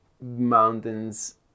mountains